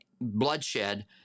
bloodshed